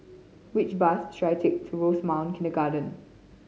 which bus should I take to Rosemount Kindergarten